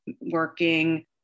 working